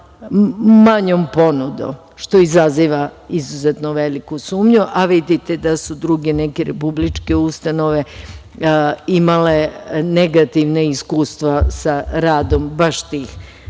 manjom ponudom što izazova izuzetno veliku sumnju, a vidite da su druge neke republičke ustanove imali negativna iskustva sa radom baš tih